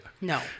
No